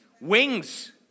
Wings